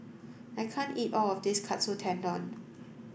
I can't eat all of this Katsu Tendon